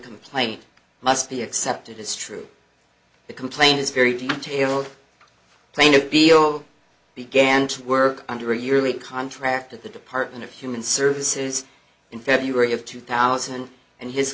complaint must be accepted as true the complaint is very detailed plain appeal began to work under a yearly contract at the department of human services in february of two thousand and his